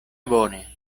bone